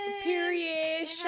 Period